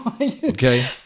Okay